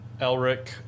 Elric